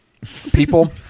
People